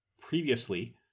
previously